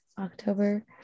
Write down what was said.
October